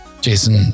Jason